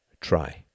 Try